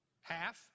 Half